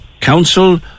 council